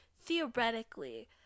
theoretically